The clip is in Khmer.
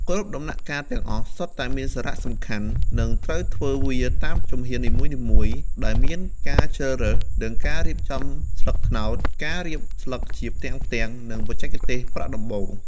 គ្រប់ដំណាក់កាលទាំងអស់សុទ្ធតែមានសារៈសំខាន់និងត្រូវធ្វើវាតាមជំហាននីមួយៗដែលមានការជ្រើសរើស និងការរៀបចំស្លឹកត្នោត ការរៀបស្លឹកជាផ្ទាំងៗ និងបច្ចេកទេសប្រក់ដំបូល។